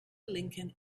lincoln